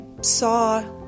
saw